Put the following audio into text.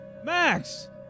Max